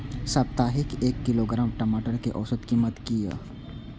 साप्ताहिक एक किलोग्राम टमाटर कै औसत कीमत किए?